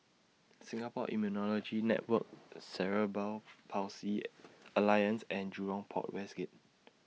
Singapore Immunology Network Cerebral Palsy Alliance and Jurong Port West Gate